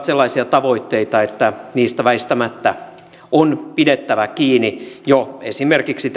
sellaisia tavoitteita että niistä väistämättä on pidettävä kiinni esimerkiksi